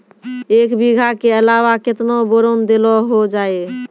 एक बीघा के अलावा केतना बोरान देलो हो जाए?